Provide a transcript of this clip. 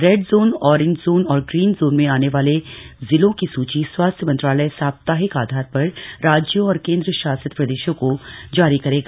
red क्षेत्र orange क्षेत्र और ग्रीन क्षेत्र में आने वाले जिलों की सुची स्वास्थ्य मंत्रालय साप्ताहिक आधार पर राज्यों और केंद्र शासित प्रदेशों को जारी करेगा